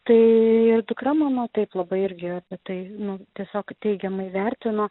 tai dukra mano taip labai irgi tai nu tiesiog teigiamai vertino